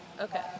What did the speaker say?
okay